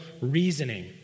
reasoning